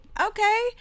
okay